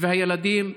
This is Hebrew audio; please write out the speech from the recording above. והילדים.